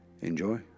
enjoy